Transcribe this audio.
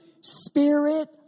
spirit